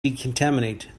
decontaminate